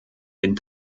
den